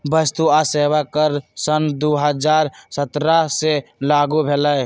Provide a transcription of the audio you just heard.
वस्तु आ सेवा कर सन दू हज़ार सत्रह से लागू भेलई